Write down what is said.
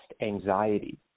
anxiety